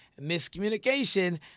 miscommunication